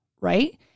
right